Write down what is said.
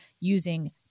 using